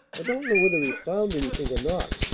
i don't know whether he's found anything or not.